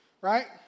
right